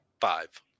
Five